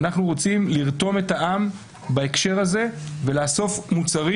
אנחנו רוצים לרתום את העם בהקשר הזה ולאסוף מוצרים